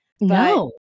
No